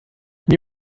mir